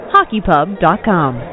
HockeyPub.com